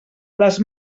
les